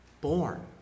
born